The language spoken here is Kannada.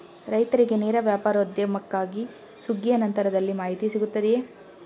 ರೈತರಿಗೆ ನೇರ ವ್ಯಾಪಾರೋದ್ಯಮಕ್ಕಾಗಿ ಸುಗ್ಗಿಯ ನಂತರದಲ್ಲಿ ಮಾಹಿತಿ ಸಿಗುತ್ತದೆಯೇ?